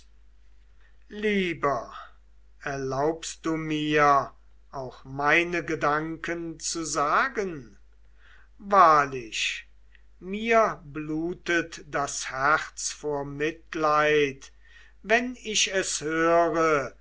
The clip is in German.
lieber erlaubst du mir auch meine gedanken zu sagen wahrlich mir blutet das herz vor mitleid wenn ich es höre